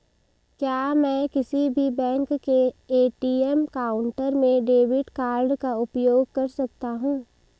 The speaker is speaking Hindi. क्या मैं किसी भी बैंक के ए.टी.एम काउंटर में डेबिट कार्ड का उपयोग कर सकता हूं?